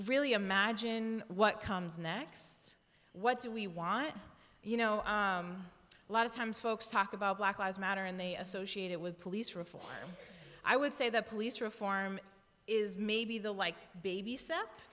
really imagine what comes next what do we want you know a lot of times folks talk about black lives matter and they associate it with police reform i would say the police reform is maybe the liked b